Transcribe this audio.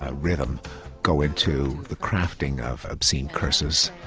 ah rhythm go into the crafting of obscene curses.